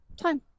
time